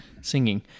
singing